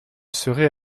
serait